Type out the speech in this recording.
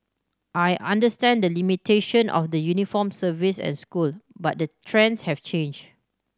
I understand the limitation of the uniformed service and school but the trends have changed